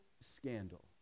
scandal